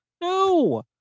no